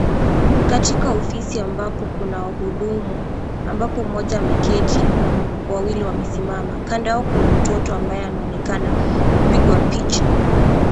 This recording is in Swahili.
Ni katika ofisi ambapo kuna wahudumu ambapo mmoja ameketi na wawili wamesimama. Kando yao kuna mtoto ambaye anaonekana kupigwa picha.